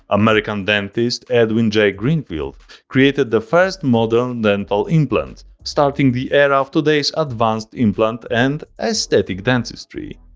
american dentist edwin j. greenfield created the first modern dental implant, starting the era of today's advanced implant and aesthetic dentistry.